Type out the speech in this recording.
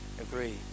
agree